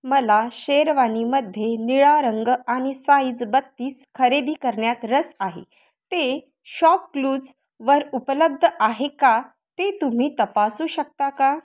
मला शेरवानीमध्ये निळा रंग आणि साइज बत्तीस खरेदी करण्यात रस आहे ते शॉपक्लूज वर उपलब्ध आहे का ते तुम्ही तपासू शकता का